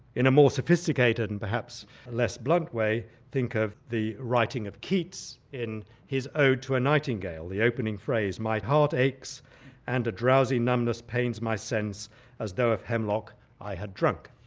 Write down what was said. in a more sophisticated and perhaps less blunt way, think of the writing of keats in his ode to a nightingale, the opening phrase, my heart aches and a drowsy numbness pains my sense as though of hemlock i had drunk.